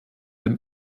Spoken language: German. dem